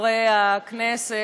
חברי הכנסת,